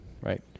Right